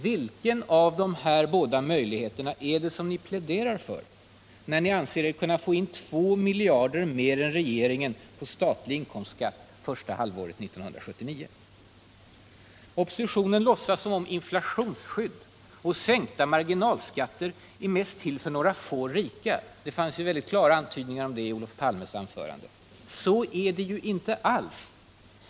Vilken av dessa båda möjligheter pläderar ni för när ni anser er kunna få in 2 miljarder kronor mer än regeringen på statlig inkomstskatt första halvåret 1979? Oppositionen låtsas som om inflationsskydd och sänkta marginalskatter mest är till för några få rika — det fanns klara antydningar om det i Olof Palmes anförande. Så är det ju inte alls.